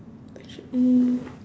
actually um